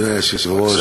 אדוני היושב-ראש,